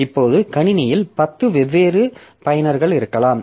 இப்போது கணினியில் 10 வெவ்வேறு பயனர்கள் இருக்கலாம்